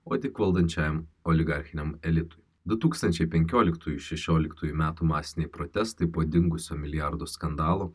o tik valdančiajam oligarchiniam elitui du tūkstančiai penkioliktųjų šešioliktųjų metų masiniai protestai po dingusio milijardo skandalų